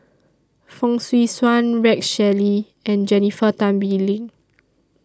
Fong Swee Suan Rex Shelley and Jennifer Tan Bee Leng